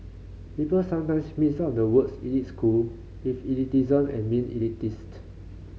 people sometimes mix up the words elite school with elitism and being elitist